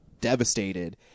devastated